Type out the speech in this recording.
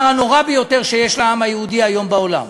הנורא ביותר שיש לעם היהודי היום בעולם,